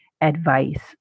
advice